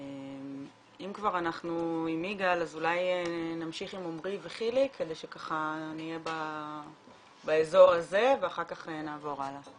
אם כבר אנחנו עם יגאל נמשיך עם עמרי וחיליק ואחר כך נעבור הלאה.